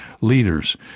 leaders